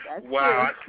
Wow